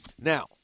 Now